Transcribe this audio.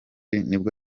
nibwo